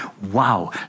wow